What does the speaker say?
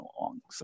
alongside